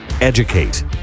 educate